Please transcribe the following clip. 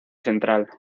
central